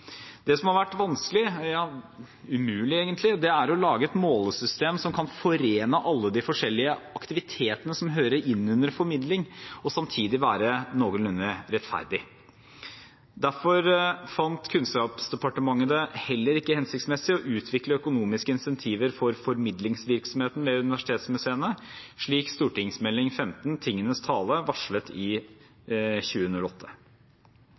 Det som har vært vanskelig – ja, egentlig umulig – er å lage et målesystem som kan forene alle de forskjellige aktivitetene som hører inn under formidling, og samtidig være noenlunde rettferdig. Derfor fant Kunnskapsdepartementet det heller ikke hensiktsmessig å utvikle økonomiske incentiver for formidlingsvirksomheten ved universitetsmuseene, slik St. Meld. nr. 15 for 2007–2008, Tingenes tale, varslet i 2008.